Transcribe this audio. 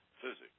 physics